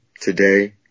today